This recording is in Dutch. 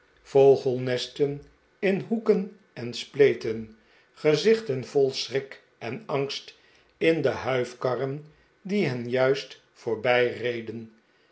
vogelnesten in hoeken en spleten gezichten vol schrik en angst in de huifkarren die hen juist